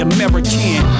American